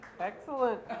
Excellent